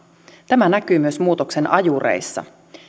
tämä näkyy myös muutoksen ajureissa